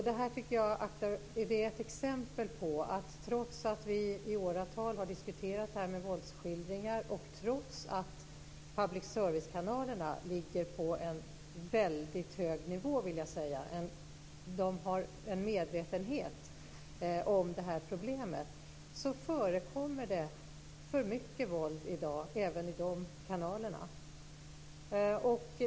Det här är ett exempel på att trots att vi i åratal har diskuterat våldsskildringar och trots att public service-kanalerna ligger på en, vill jag säga, hög nivå och har en medvetenhet om det här problemet, förekommer det i dag för mycket våld även i de kanalerna.